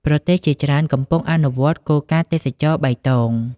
ប្រទេសជាច្រើនកំពុងអនុវត្តគោលការណ៍ទេសចរណ៍បៃតង។